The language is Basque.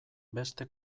beste